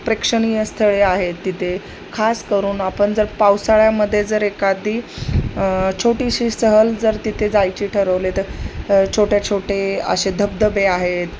प्रेक्षणीय स्थळे आहेत तिथे खास करून आपण जर पावसाळ्यामध्ये जर एखादी छोटीशी सहल जर तिथे जायचे ठरवले तर छोट्या छोटे असे धबधबे आहेत